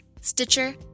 Stitcher